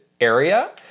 area